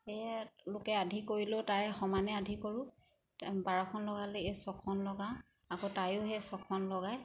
সেয়ে লোকে আধি কৰিলেও তায়ে সমানে আধি কৰোঁ বাৰখন লগালে এই ছখন লগাওঁ আকৌ তায়ো সেই ছখন লগাই